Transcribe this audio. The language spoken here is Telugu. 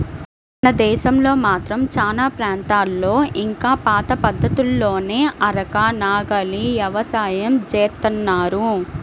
మన దేశంలో మాత్రం చానా ప్రాంతాల్లో ఇంకా పాత పద్ధతుల్లోనే అరక, నాగలి యవసాయం జేత్తన్నారు